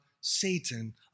Satan